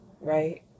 right